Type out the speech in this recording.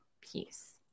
peace